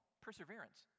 perseverance